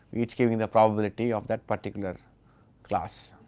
each giving the probability of that particular class.